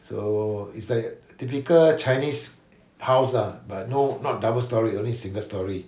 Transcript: so it's like typical chinese house lah but no not double storey only single storey